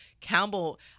Campbell